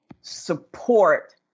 support